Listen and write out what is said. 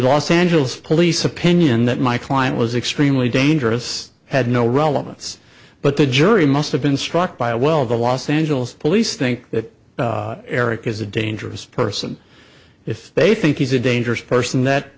los angeles police opinion that my client was extremely dangerous had no relevance but the jury must have been struck by well the los angeles police think that eric is a dangerous person if they think he's a dangerous person that